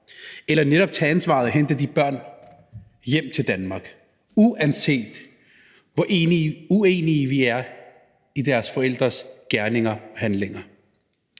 eller netop tage ansvaret og hente de børn hjem til Danmark, uanset hvor uenige vi er i deres forældres gerninger og handlinger.